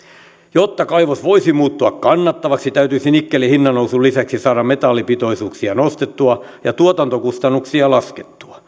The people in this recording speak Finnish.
jotta kaivos voisi muuttua kannattavaksi täytyisi nikkelin hinnannousun lisäksi saada metallipitoisuuksia nostettua ja tuotantokustannuksia laskettua